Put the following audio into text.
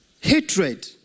hatred